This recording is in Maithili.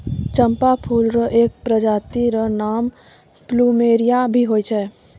चंपा फूल र एक प्रजाति र नाम प्लूमेरिया भी होय छै